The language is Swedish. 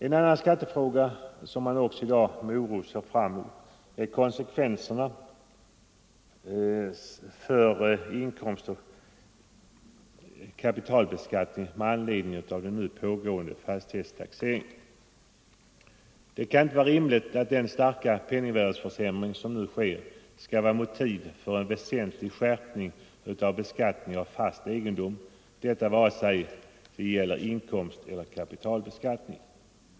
En annan skattefråga som man i dag med oro också ser fram emot är konsekvenserna på inkomstoch kapitalbeskattningen med anledning av den nu pågående fastighetstaxeringen. Det kan inte vara rimligt att den starka penningvärdeförsämring som nu sker skall vara motiv för en väsentlig skärpning av beskattningen av fast egendom, detta vare sig det gäller inkomsteller kapitalbeskattningen.